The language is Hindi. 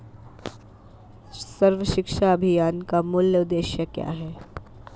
सर्व शिक्षा अभियान का मूल उद्देश्य क्या है?